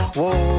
Whoa